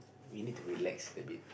you need to relax a bit